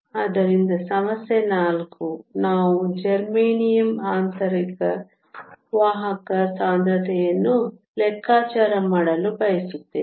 ಆದ್ದರಿಂದ ಸಮಸ್ಯೆ 4 ನಾವು ಜರ್ಮೇನಿಯಂನ ಆಂತರಿಕ ವಾಹಕ ಸಾಂದ್ರತೆಯನ್ನು ಲೆಕ್ಕಾಚಾರ ಮಾಡಲು ಬಯಸುತ್ತೇವೆ